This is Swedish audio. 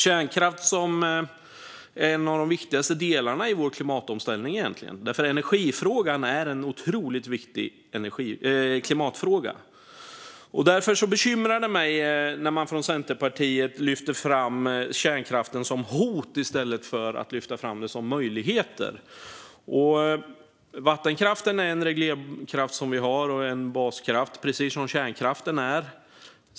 Kärnkraft är en av de viktigaste delarna i vår klimatomställning, för energifrågan är en otroligt viktig klimatfråga. Därför bekymrar det mig när man från Centerpartiet lyfter fram kärnkraften som ett hot i stället för en möjlighet. Vattenkraften är en reglerkraft och en baskraft som vi har, precis som kärnkraften.